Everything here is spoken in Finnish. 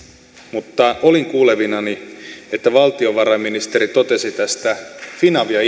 mutta olin kuulevinani että valtiovarainministeri totesi tästä finavia